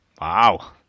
Wow